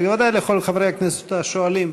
ובוודאי לכל חברי הכנסת השואלים,